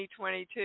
2022